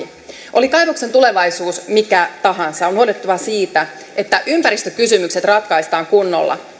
oli kaivoksen tulevaisuus mikä tahansa on huolehdittava siitä että ympäristökysymykset ratkaistaan kunnolla